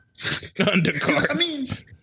Undercards